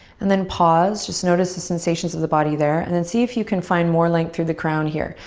and then pause. just notice the sensations of the body there. and then see if you can find more length through the crown here.